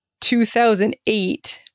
2008